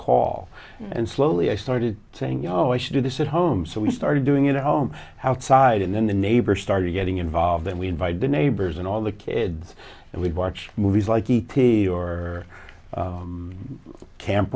call and slowly i started to think you know i should do this at home so we started doing it at home outside and then the neighbors started getting involved and we invite the neighbors and all the kids and we'd watch movies like e t or camp